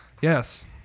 Yes